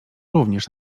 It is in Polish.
również